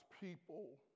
people